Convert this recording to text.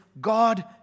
God